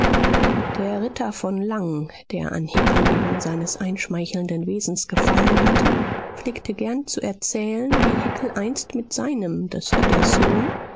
der ritter von lang der an hickel wegen seines einschmeichelnden wesens gefallen hatte pflegte gern zu erzählen wie hickel einst mit seinem des ritters sohn